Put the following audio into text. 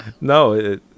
no